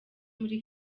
muri